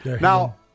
Now